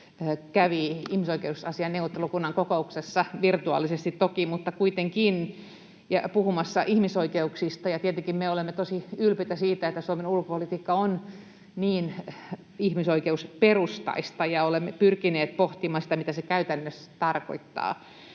kävi ihmisoikeusasiain neuvottelukunnan kokouksessa, virtuaalisesti toki, mutta kuitenkin, puhumassa ihmisoikeuksista, ja tietenkin me olemme tosi ylpeitä siitä, että Suomen ulkopolitiikka on niin ihmisoikeusperustaista, ja olemme pyrkineet pohtimaan sitä, mitä se käytännössä tarkoittaa.